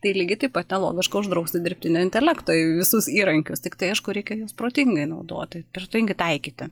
tai lygiai taip pat nelogiška uždrausti dirbtinio intelekto visus įrankius tiktai aišku reikia protingai naudoti protingai taikyti